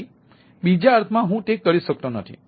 તેથી બીજા અર્થમાં હું તે કરી શકતો નથી